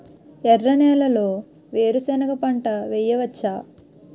ఎర్ర నేలలో వేరుసెనగ పంట వెయ్యవచ్చా?